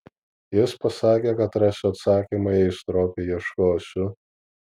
jis pasakė kad rasiu atsakymą jei stropiai ieškosiu